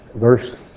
Verse